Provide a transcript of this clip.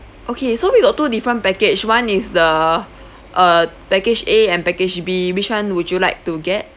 okay so we got two different package one is the uh package A and package B which one would you like to get